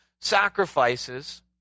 sacrifices